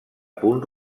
punt